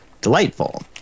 delightful